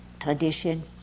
tradition